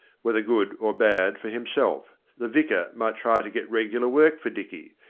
whether good or bad, for himself the vicar might try to get regular work for dicky,